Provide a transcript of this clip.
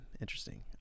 interesting